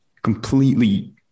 completely